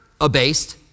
abased